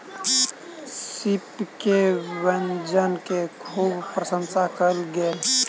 सीप के व्यंजन के खूब प्रसंशा कयल गेल